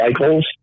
cycles